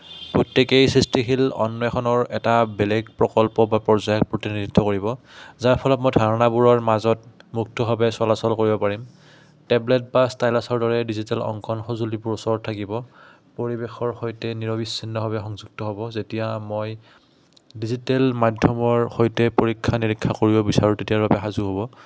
প্ৰত্যেকেই সৃষ্টিশীল অন্বেষণৰ এটা বেলেগ প্ৰকল্প বা পৰ্যায়ক প্ৰতিনিধিত্ব কৰিব যাৰ ফলত মই ধাৰণাবোৰৰ মাজত মুক্তভাৱে চলাচল কৰিব পাৰিম টেবলেট বা ষ্টাইলাছৰ দৰে ডিজিটেল অংকন সঁজুলিবোৰ ওচৰত থাকিব পৰিৱেশৰ সৈতে নিৰবিচিন্নভাৱে সংযুক্ত হ'ব যেতিয়া মই ডিজিটেল মাধ্যমৰ সৈতে পৰীক্ষা নিৰীক্ষা কৰিব বিচাৰোঁ তেতিয়াৰ বাবে সাজু হ'ব